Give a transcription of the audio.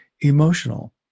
emotional